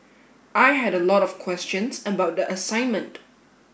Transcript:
I had a lot of questions about the assignment